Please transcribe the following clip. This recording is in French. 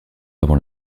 avant